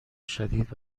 شدید